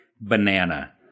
Banana